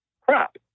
crap